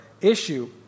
issue